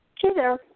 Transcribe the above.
Hello